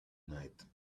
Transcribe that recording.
night